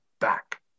back